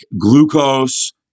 glucose